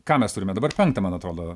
ką mes turime dabar penktą man atrodo